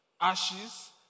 ashes